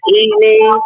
evening